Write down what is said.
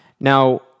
Now